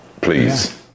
please